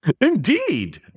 Indeed